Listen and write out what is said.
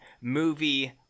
movie